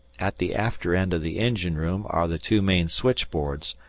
at the after end of the engine-room are the two main switchboards,